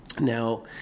now